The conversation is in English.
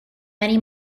many